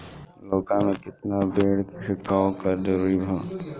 लउका में केतना बेर छिड़काव जरूरी ह?